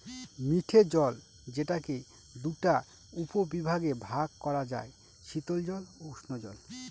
মিঠে জল যেটাকে দুটা উপবিভাগে ভাগ করা যায়, শীতল জল ও উষ্ঞজল